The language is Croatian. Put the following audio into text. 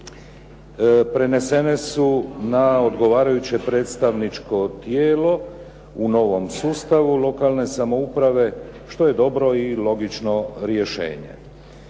prenesene su na odgovarajuće predstavničko tijelo u novom sustavu lokalne samouprave što je dobro i logično rješenje.